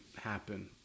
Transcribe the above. happen